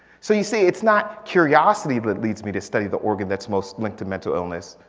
so you see it's not curiosity that leads me to study the organ that's most linked to mental illness,